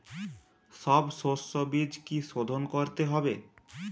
সব শষ্যবীজ কি সোধন করতে হবে?